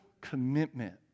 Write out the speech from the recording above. commitment